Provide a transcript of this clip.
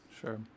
Sure